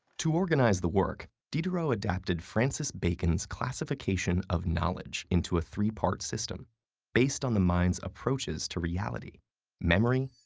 to organize the work, diderot adapted francis bacon's classification of knowledge into a three-part system based on the mind's approaches to reality memory,